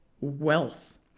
wealth